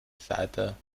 seite